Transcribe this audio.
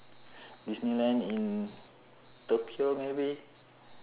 disneyland in tokyo maybe